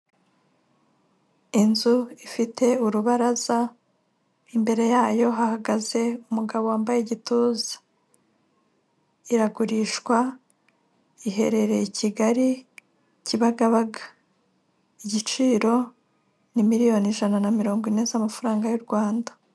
Inzu ifite urubaraza, imbere yayo hahagaze umugabo wambaye igituza, iragurishwa, iherereye i Kigali Kibagabaga, igiciro ni miliyoni ijana na mirongo ine z'amafaranga y'u Rwanda.